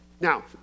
Now